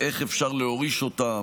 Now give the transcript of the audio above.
איך אפשר להוריש אותן,